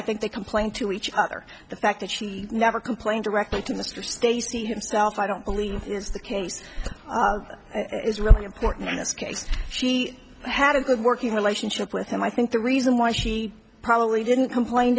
i think they complained to each other the fact that she never complained directly to mr stacey himself i don't believe is the case is really important in this case she had a good working relationship with him i think the reason why she probably didn't complain